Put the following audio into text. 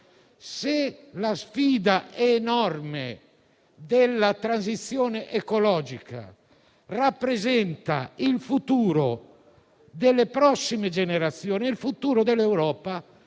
se la sfida enorme della transizione ecologica rappresenta il futuro delle prossime generazioni e il futuro dell'Europa,